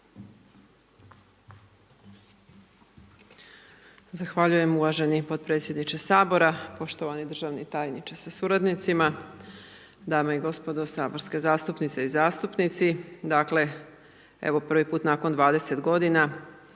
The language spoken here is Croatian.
Zahvaljujem uvaženi potpredsjedniče Sabora, poštovani državni tajniče sa suradnicima, dame i gospodo saborske zastupnice i zastupnici. Dakle, evo prvi put nakon 20 godina